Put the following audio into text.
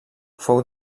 fou